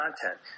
content